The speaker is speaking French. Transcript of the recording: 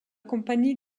compagnie